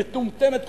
מטומטמת,